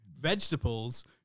Vegetables